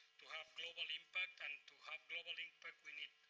to have global impact, and to have global impact we need